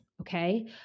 okay